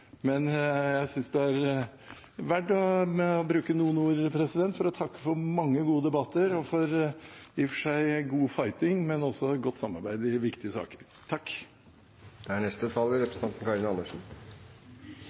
Jeg synes det er verdt å bruke noen ord for å takke for mange gode debatter – god «fighting», men også godt samarbeid i viktige saker. Takk!